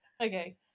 okay